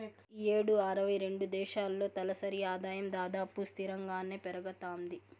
ఈ యేడు అరవై రెండు దేశాల్లో తలసరి ఆదాయం దాదాపు స్తిరంగానే పెరగతాంది